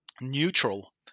neutral